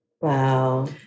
Wow